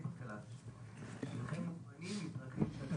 היה אפשר לכתוב במקום "מנתה הסיעה בין ארבעה לשישה חברי הכנסת",